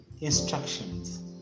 instructions